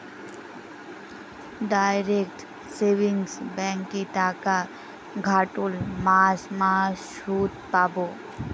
direct savings ব্যাঙ্কে টাকা খাটোল মাস মাস সুদ পাবো